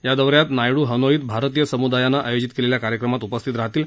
या दौऱ्यात नायडू हनोईत भारतीय समुदायानं आयोजित केलेल्या कार्यक्रमात उपस्थित राहतील